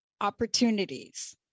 Opportunities